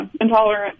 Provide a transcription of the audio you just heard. intolerant